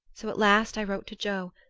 so at last i wrote to joe.